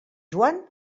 joan